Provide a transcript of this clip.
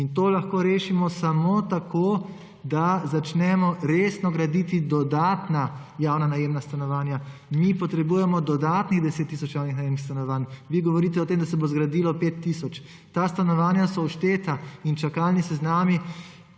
To lahko rešimo samo tako, da začnemo resno graditi dodatna javna najemna stanovanja. Mi potrebujemo dodatnih 10 tisoč javnih najemnih stanovanj. Vi govorite o tem, da se bo zgradilo 5 tisoč. Ta stanovanja so všteta. Čakalni seznami